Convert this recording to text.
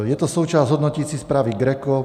Je to součást hodnoticí zprávy GRECO.